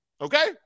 okay